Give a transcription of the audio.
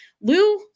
Lou